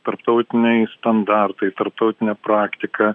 tarptautiniai standartai tarptautinė praktika